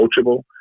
coachable